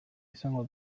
izango